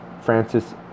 Francis